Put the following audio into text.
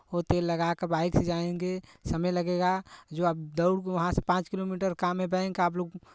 वो तेल लगाकर बाइक से जाएँगे समय लगेगा जो आप दौड़ के वहाँ से पाँच किलोमीटर काम है बैंक आप लोग